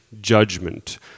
judgment